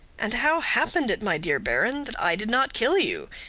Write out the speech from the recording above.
and how happened it, my dear baron, that i did not kill you?